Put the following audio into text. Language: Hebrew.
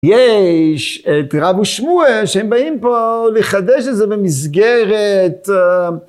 יש את רבו שמואל שהם באים פה לחדש את זה במסגרת